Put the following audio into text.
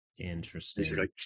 Interesting